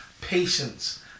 patience